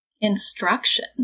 instruction